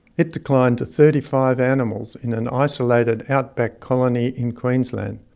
it declined to thirty five animals in an isolated outback colony in queensland,